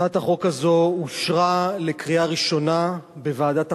הצעת החוק הזאת אושרה לקריאה ראשונה בוועדת החוקה,